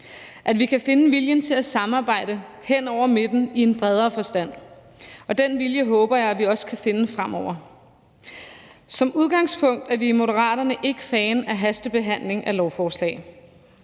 at vi kan finde viljen til at samarbejde hen over midten i en bredere forstand, og den vilje håber jeg at vi også kan finde fremover. Som udgangspunkt er vi i Moderaterne ikke fan af hastebehandling af lovforslag.